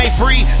free